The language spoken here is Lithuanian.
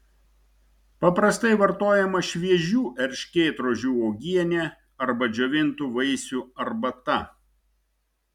paprastai vartojama šviežių erškėtrožių uogienė arba džiovintų vaisių arbata